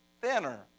thinner